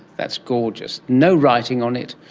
that's gorgeous. no writing on it,